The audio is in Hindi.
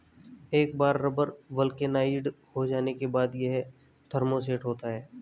एक बार रबर वल्केनाइज्ड हो जाने के बाद, यह थर्मोसेट होता है